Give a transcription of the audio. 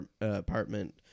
apartment